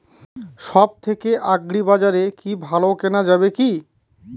সব থেকে আগ্রিবাজারে কি ভালো কেনা যাবে কি?